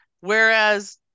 whereas